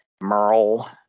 Merle